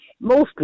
mostly